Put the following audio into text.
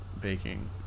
baking